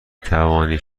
توانید